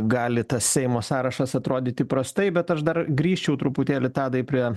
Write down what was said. gali tas seimo sąrašas atrodyti prastai bet aš dar grįščiau truputėlį tadai prie